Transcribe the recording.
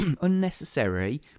unnecessary